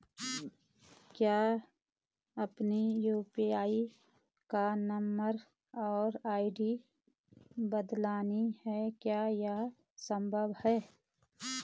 मुझे अपने यु.पी.आई का नम्बर और आई.डी बदलनी है क्या यह संभव है?